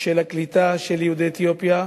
של הקליטה של יהודי אתיופיה,